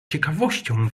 ciekawością